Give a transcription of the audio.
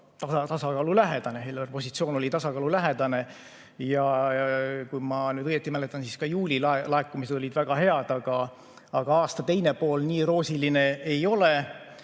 tasakaalulähedane. Eelarve positsioon oli tasakaalulähedane. Ja kui ma nüüd õigesti mäletan, siis ka juuli laekumised olid väga head. Aga aasta teine pool nii roosiline ei ole.